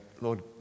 Lord